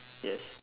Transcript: yes